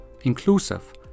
inclusive